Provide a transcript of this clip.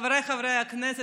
חבריי חברי הכנסת,